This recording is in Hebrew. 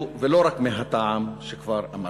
ולא רק מהטעם שכבר אמרתי,